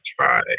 try